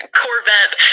corvette